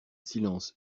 silence